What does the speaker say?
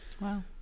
Wow